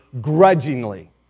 grudgingly